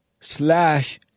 slash